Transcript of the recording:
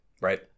right